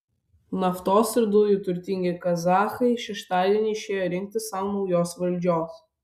naftos ir dujų turtingi kazachai šeštadienį išėjo rinkti sau naujos valdžios